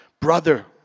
Brother